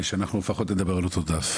שלפחות נדבר על אותו דף.